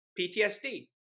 PTSD